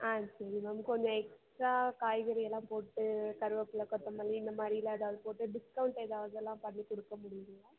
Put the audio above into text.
ஆ சரி மேம் கொஞ்சம் எக்ஸ்ட்ரா காய்கறியெல்லாம் போட்டு கருவேப்பில்ல கொத்தமல்லி இந்த மாதிரியெல்லாம் ஏதாவது போட்டு டிஸ்கவுண்ட் ஏதாவது எல்லாம் பண்ணி கொடுக்க முடியுங்களா